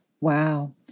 Wow